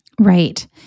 Right